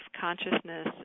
consciousness